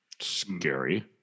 Scary